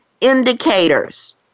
indicators